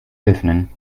öffnen